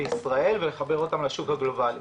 בישראל ולחבר אותם לשוק הגלובלי,